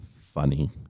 funny